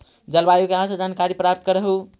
जलवायु कहा से जानकारी प्राप्त करहू?